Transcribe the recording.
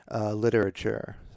literature